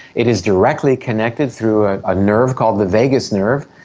it is directly connected through a ah nerve called the vagus nerve.